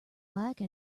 like